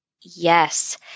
Yes